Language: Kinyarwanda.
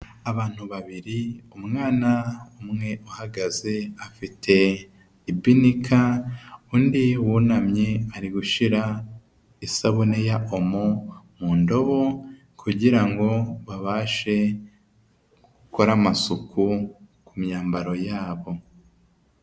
Ubantu babiri, umwana umwe uhagaze afite ibinika, undi wunamye ari gushira isabune ya omo mu ndobo, kugira ngo babashe gukora amasuku ku myambaro yabo.